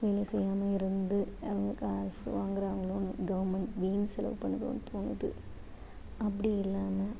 வேலை செய்யாமல் இருந்து அவங்க காசு வாங்குறாங்களோன்னு கவர்மெண்ட் வீண் செலவு பண்ணுதோன்னு தோணுது அப்படி இல்லாமல்